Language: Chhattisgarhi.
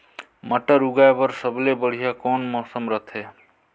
मटर उगाय बर सबले बढ़िया कौन मौसम रथे?